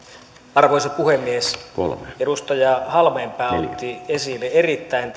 arvoisa puhemies edustaja halmeenpää otti esille erittäin